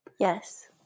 Yes